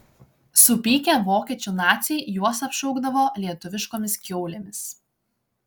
supykę vokiečių naciai juos apšaukdavo lietuviškomis kiaulėmis